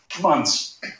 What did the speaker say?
months